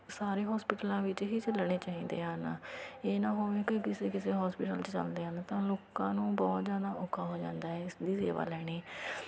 ਸਾਰੇ ਹੋਸਪਿਟਲਾਂ ਵਿੱਚ ਹੀ ਚੱਲਣੇ ਚਾਹੀਦੇ ਹਨ ਇਹ ਨਾ ਹੋਵੇ ਕਿ ਕਿਸੇ ਕਿਸੇ ਹੋਸਪਿਟਲ 'ਚ ਚੱਲਦੇ ਹਨ ਤਾਂ ਲੋਕਾਂ ਨੂੰ ਬਹੁਤ ਜ਼ਿਆਦਾ ਔਖਾ ਹੋ ਜਾਂਦਾ ਇਸਦੀ ਸੇਵਾ ਲੈਣੀ